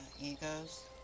egos